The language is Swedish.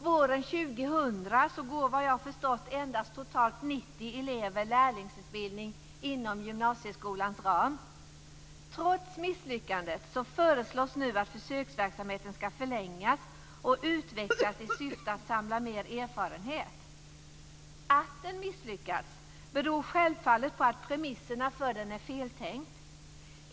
Våren 2000 genomgår såvitt jag har förstått totalt endast 90 Trots misslyckandet föreslås nu att försöksverksamheten ska förlängas och utvecklas i syfte att samla mer erfarenhet. Att den misslyckats beror självfallet på att premisserna för den är feltänkta.